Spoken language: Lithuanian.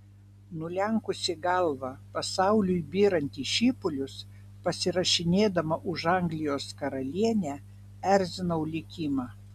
nulenkusi galvą pasauliui byrant į šipulius pasirašinėdama už anglijos karalienę erzinau likimą